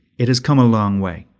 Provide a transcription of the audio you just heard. it has come a long way.